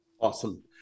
Awesome